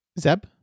Zeb